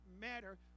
matter